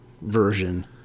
version